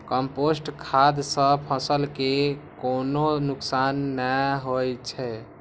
compost खाद सं फसल कें कोनो नुकसान नै होइ छै